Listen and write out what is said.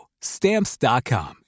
stamps.com